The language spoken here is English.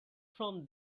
from